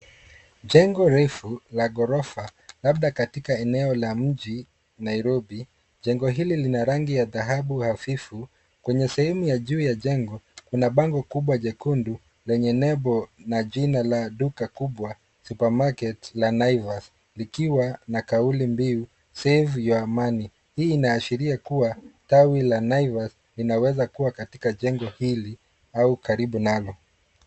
Jengo refu la ghorofa, labda katika eneo la mji, Nairobi. Jengo hili Lina rangi ya dhahabu hafifu, kwenye sehemu ya juu ya jengo, Kuna bango kubwa jekundu, lenye nebo na jina la duka kubwa, supermarket(cs) la Naivas. Likiwa na kauli mbiu, save your money (cs). Hii inaashiria kua, tawi la Naivas, linaweza kua katika jengo hili, au karibu nalo.